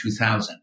2000